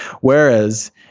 Whereas